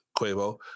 Quavo